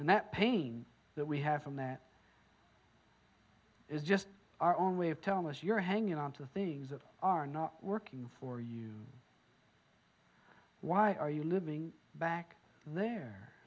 and that pain that we have in that is just our own way of telling us you're hanging on to things that are not working for you why are you living back there